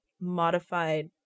modified